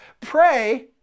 Pray